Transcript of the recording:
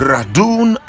Radun